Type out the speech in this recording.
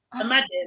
imagine